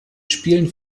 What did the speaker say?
spielen